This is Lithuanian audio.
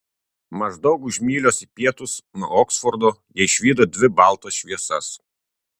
maždaug už mylios į pietus nuo oksfordo jie išvydo dvi baltas šviesas